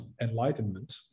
enlightenment